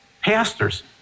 pastors